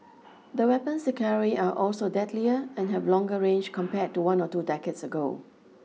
the weapons they carry are also deadlier and have longer range compared to one or two decades ago